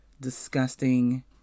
disgusting